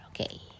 okay